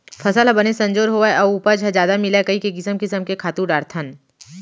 फसल ह बने संजोर होवय अउ उपज ह जादा मिलय कइके किसम किसम के खातू डारथन